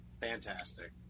fantastic